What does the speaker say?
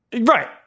Right